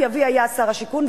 כי אבי היה שר השיכון,